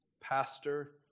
pastor